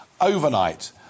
Overnight